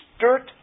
dirt